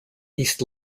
east